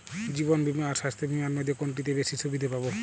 জীবন বীমা আর স্বাস্থ্য বীমার মধ্যে কোনটিতে বেশী সুবিধে পাব?